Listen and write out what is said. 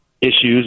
issues